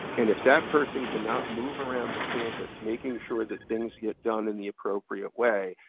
and if that person can not move around the campus making sure that things get done in the appropriate way,